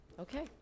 Okay